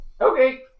okay